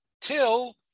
till